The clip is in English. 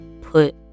put